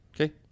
Okay